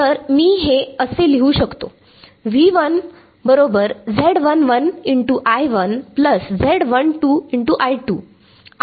तर मी असे लिहू शकतो हे आणि काय आहेत